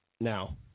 now